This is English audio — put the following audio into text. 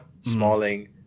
Smalling